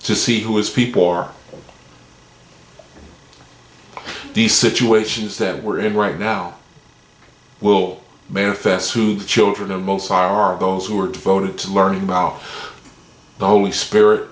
to see who is people are these situations that we're in right now will manifest who children are most are those who are devoted to learning about the holy spirit